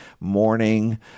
morning